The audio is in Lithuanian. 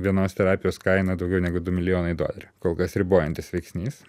vienos terapijos kaina daugiau negu du milijonai dolerių kol kas ribojantis veiksnys